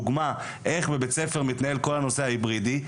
דוגמה איך בבית-ספר מתנהל כל הנושא ההיברידי,